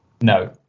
no